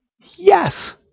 Yes